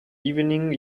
evening